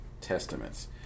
Testaments